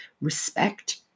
respect